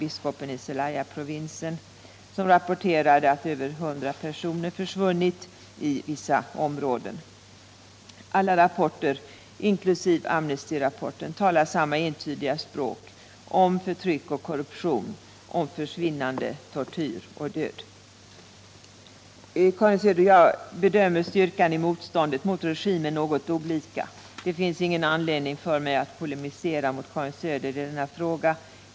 biskopen i Zelayaprovinsen, som innehöll rapporter om att över hundra personer försvunnit i vissa områden. Alla rapporter, inklusive Amnestyrapporten, talar samma entydiga språk om förtryck och korruption, om försvinnande, tortyr och död. Jag bedömer, Karin Söder, styrkan i motståndet mot regimen något annorlunda, men det finns ingen anledning för mig att polemisera i denna fråga.